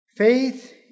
Faith